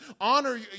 Honor